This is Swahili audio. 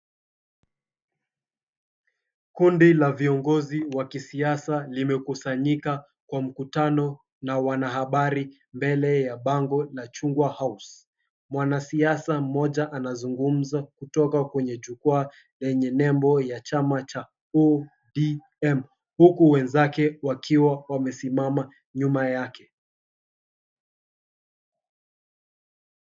Kundi la viongozi wa kisiasa limekusanyika kwa mkutano na wanahabari mbele ya bango la Chungwa House. Mwanasiasa mmoja anazungumza kutoka kwenye jukwaa lenye nembo ya chama cha ODM, huku wenzake wakiwa wamesimama nyuma yake.